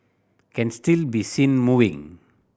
can still be seen moving